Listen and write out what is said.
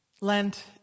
Lent